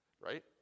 right